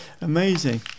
Amazing